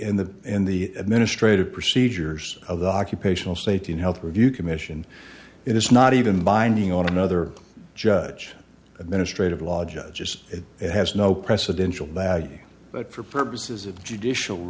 in the in the administrative procedures of the occupational safety and health review commission it is not even binding on another judge administrative law judge as it has no precedential bag but for purposes of judicial